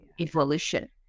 evolution